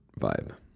vibe